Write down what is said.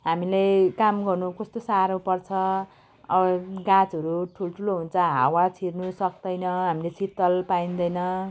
हामीलाई काम गर्नु कस्तो साह्रो पर्छ गाछहरू ठुल्ठुलो हुन्छ हावा छिर्नै सक्तैन हामीले शीतल पाइँदैन